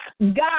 God